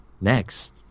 next